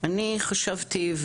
אני חשבתי,